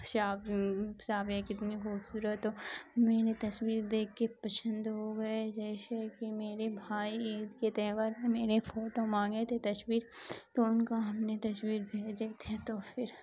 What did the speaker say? شاب شابیہ کتنی خوبصورت تو میرے تصویر دیکھ کے پسند ہو گئے جیسے کہ میرے بھائی عید کے تہوار میں میرے فوٹو مانگے تھے تصویر تو ان کو ہم نے تصویر بھیجے تھے تو پھر